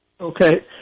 Okay